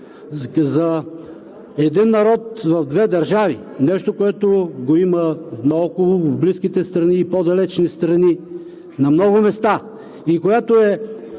за един народ в две държави, нещо, което го има наоколо, в близките страни и по-далечни страни, на много места и което е